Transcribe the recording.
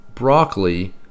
Broccoli